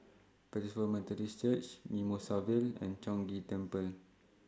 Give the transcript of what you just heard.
Pentecost Methodist Church Mimosa Vale and Chong Ghee Temple